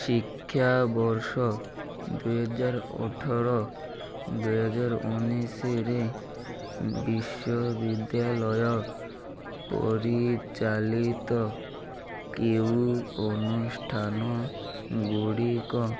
ଶିକ୍ଷାବର୍ଷ ଦୁଇହଜାର ଅଠର ଦୁଇହଜାର ଉଣେଇଶରେ ବିଶ୍ୱବିଦ୍ୟାଳୟ ପରିଚାଳିତ କେଉଁ ଅନୁଷ୍ଠାନଗୁଡ଼ିକ